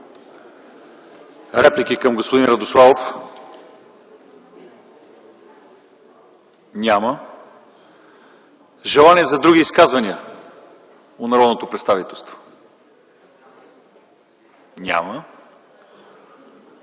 Реплики към господин Радославов? Няма. Желания за други изказвания от народното представителство? Няма.